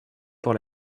pour